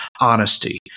honesty